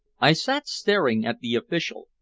i sat staring at the official,